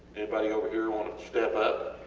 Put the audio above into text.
anybody over here want to step up?